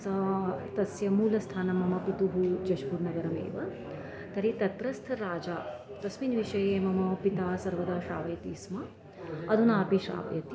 सा तस्य मूलस्थानं मम पितुः जश्पूर्नगरमेव तर्हि तत्रस्थ राजा तस्मिन् विषये मम पिता सर्वदा श्रावयति स्म अधुना अपि श्रावयति